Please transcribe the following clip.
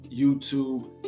YouTube